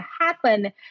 happen